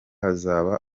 hazaba